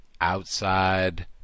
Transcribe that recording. outside